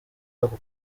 ako